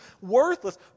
worthless